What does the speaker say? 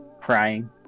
Crying